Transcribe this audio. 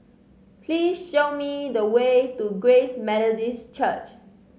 please show me the way to Grace Methodist Church